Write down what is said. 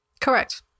correct